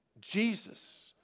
Jesus